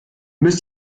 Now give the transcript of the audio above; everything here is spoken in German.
müsst